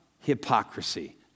hypocrisy